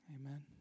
Amen